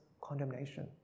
condemnation